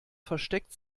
versteckt